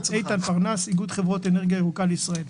מאיגוד חברות אנרגיה ירוקה לישראל.